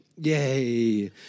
Yay